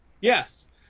Yes